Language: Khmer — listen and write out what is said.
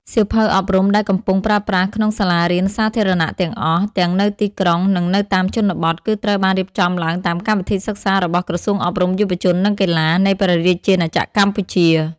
សៀវភៅអប់រំដែលកំពុងប្រើប្រាស់ក្នុងសាលារៀនសាធារណៈទាំងអស់ ទាំងនៅទីក្រុងនិងនៅតាមជនបទ គឺត្រូវបានរៀបចំឡើងតាមកម្មវិធីសិក្សារបស់ ក្រសួងអប់រំ យុវជន និងកីឡា នៃព្រះរាជាណាចក្រកម្ពុជា។